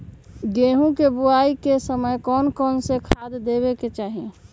गेंहू के बोआई के समय कौन कौन से खाद देवे के चाही?